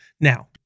Now